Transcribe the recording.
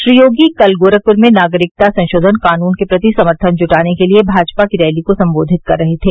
श्री योगी कल गोरखपुर में नागरिकता संशोधन कानून के प्रति समर्थन जुटाने के लिए भाजपा की रैली को संबोधित कर रहे थे